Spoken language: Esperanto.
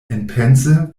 enpense